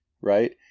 right